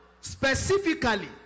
specifically